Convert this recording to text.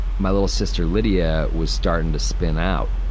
my little sister, lydia, was starting to spin out.